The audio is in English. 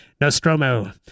Nostromo